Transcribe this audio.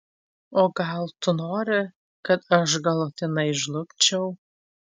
o gal tu nori kad aš galutinai žlugčiau